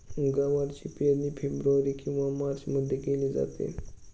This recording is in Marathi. गवारची पेरणी फेब्रुवारी किंवा मार्चमध्ये केली जाते